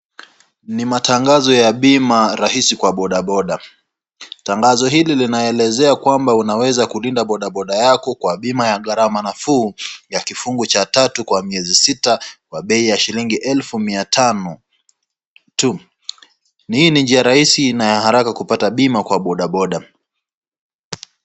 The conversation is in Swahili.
Ni matangazo ya bima rahisi kwa bodaboda. Tangazo hili linaelezea kwamba unaweza kulinda bodaboda yako kwa bima ya gharama nafuu, ya kifungu cha tatu, kwa miezi sita, kwa bei ya shilingi elfu mia tano tu. Hii ni njia rahisi na ya haraka kupata bima kwa bodaboda.